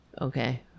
okay